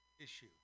issue